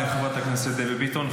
תודה רבה לחברת הכנסת דבי ביטון.